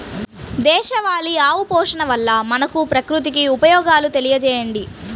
దేశవాళీ ఆవు పోషణ వల్ల మనకు, ప్రకృతికి ఉపయోగాలు తెలియచేయండి?